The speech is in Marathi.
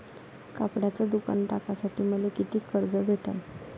कपड्याचं दुकान टाकासाठी मले कितीक कर्ज भेटन?